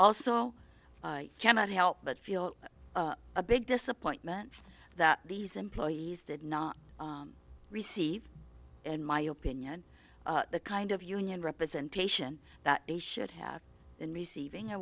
also i cannot help but feel a big disappointment that these employees did not receive in my opinion the kind of union representation that they should have been receiving